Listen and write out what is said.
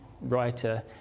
writer